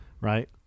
Right